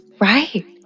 right